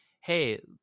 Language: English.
hey